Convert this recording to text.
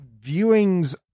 viewings